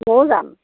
ময়ো যাম